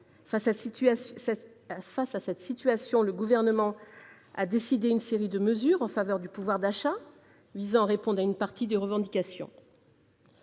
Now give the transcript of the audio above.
Face à cette situation, le Gouvernement a décidé une série de mesures en faveur du pouvoir d'achat pour répondre à une partie des revendications.